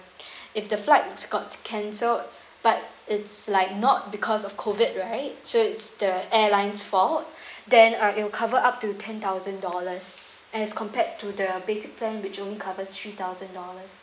if the flights got cancelled but it's like not because of COVID right so it's the airline's fault then uh it will cover up to ten thousand dollars as compared to the basic plan which only covers three thousand dollars